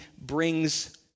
brings